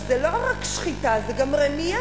זה לא רק שחיטה, זה גם רמייה.